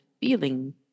feeling